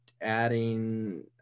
adding